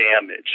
damage